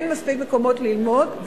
אין מספיק מקומות ללמוד,